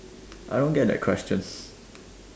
I don't get that question